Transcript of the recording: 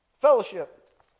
Fellowship